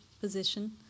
position